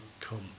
come